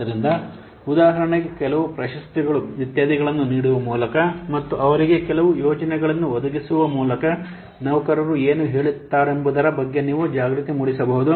ಆದ್ದರಿಂದ ಉದಾಹರಣೆಗೆ ಕೆಲವು ಪ್ರಶಸ್ತಿಗಳು ಇತ್ಯಾದಿಗಳನ್ನು ನೀಡುವ ಮೂಲಕ ಮತ್ತು ಅವರಿಗೆ ಕೆಲವು ಯೋಜನೆಗಳನ್ನು ಒದಗಿಸುವ ಮೂಲಕ ನೌಕರರು ಏನು ಹೇಳುತ್ತಾರೆಂಬುದರ ಬಗ್ಗೆ ನೀವು ಜಾಗೃತಿ ಮೂಡಿಸಬಹುದು